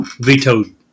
vetoed